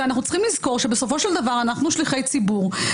אנחנו צריכים לזכור בסופו של דבר שאנחנו שליחי ציבור,